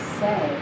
say